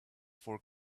for